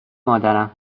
مادرم